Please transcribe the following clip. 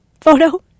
photo